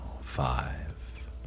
five